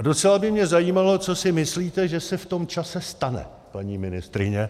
Docela by mě zajímalo, co si myslíte, že se v tom čase stane, paní ministryně.